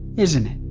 isn't it?